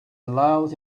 allowed